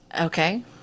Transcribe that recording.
Okay